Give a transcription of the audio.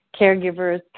caregivers